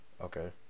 Okay